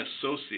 associate